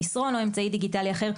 מסרון או אמצעי דיגיטלי אחר,